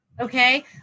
Okay